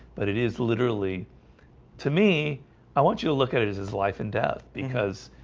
but it is literally to me i want you to look at it as is life and death because